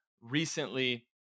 Recently